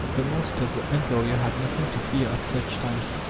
the master the employer had nothing to fear at such times,